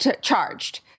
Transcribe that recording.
charged